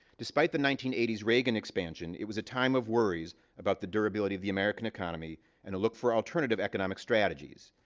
despite the nineteen eighty s reagan expansion, it was a time of worries about the durability of the american economy and a look for alternative economic strategies.